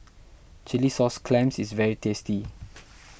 Chilli Sauce Clams is very tasty